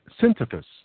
synthesis